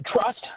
trust